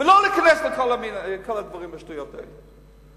ולא להיכנס לכל הדברים והשטויות האלה.